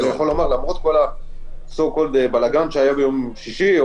למרות כל הבלגן שהיה ביום שישי,